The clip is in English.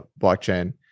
blockchain